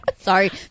Sorry